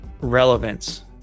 relevance